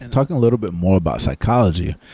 talking a little bit more about psychology,